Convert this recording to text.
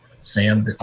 Sam